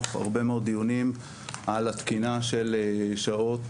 הרבה מאוד דיונים על התקינה של שעות,